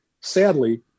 Sadly